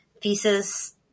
thesis